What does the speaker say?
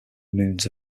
moons